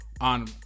on